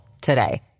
today